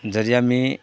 যদি আমি